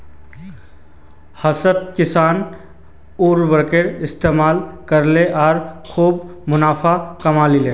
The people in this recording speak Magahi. हताश किसान उर्वरकेर इस्तमाल करले आर खूब मुनाफ़ा कमा ले